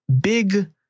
big